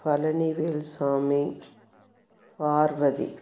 Palanivel Sami Parvati